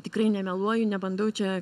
tikrai nemeluoju nebandau čia